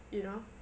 you know